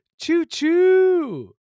Choo-choo